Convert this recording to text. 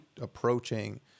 approaching